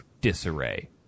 disarray